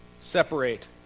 separate